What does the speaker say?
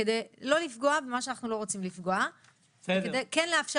כדי לא לפגוע במה שאנחנו לא רוצים לפגוע וכדי כן לאפשר